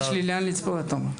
יש לי לאן לשאוף, אתה אומר.